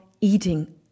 eating